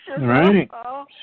right